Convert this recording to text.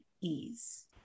ease